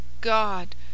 God